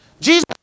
Jesus